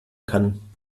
kann